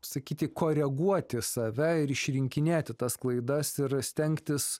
sakyti koreguoti save ir išrinkinėti tas klaidas ir stengtis